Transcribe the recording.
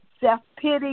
self-pity